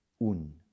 Un